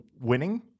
winning